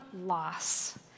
loss